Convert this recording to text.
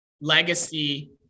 legacy